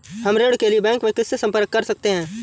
हम ऋण के लिए बैंक में किससे संपर्क कर सकते हैं?